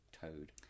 toad